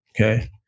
Okay